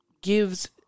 gives